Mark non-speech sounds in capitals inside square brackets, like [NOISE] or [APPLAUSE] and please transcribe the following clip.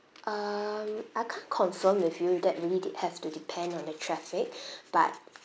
um I can't confirm with you that really did have to depend on the traffic [BREATH] but